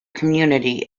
community